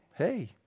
Hey